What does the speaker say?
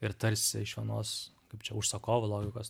ir tarsi iš vienos kaip čia užsakovo logikos